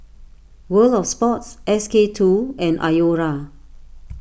World of Sports S K two and Iora